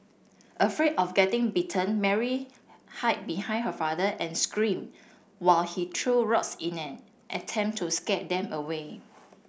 afraid of getting bitten Mary hide behind her father and screamed while he threw rocks in an attempt to scare them away